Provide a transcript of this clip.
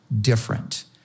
different